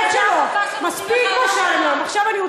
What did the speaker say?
בבקשה, חברת הכנסת מירב בן ארי, תורך, ואחרייך,